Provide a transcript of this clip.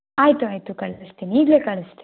ಆಯಿತು ಆಯಿತು ಕಳಿಸಿರ್ತೀನಿ ಈಗಲೇ ಕಳಿಸ್ತೀನಿ